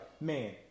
man